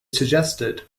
suggested